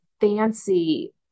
fancy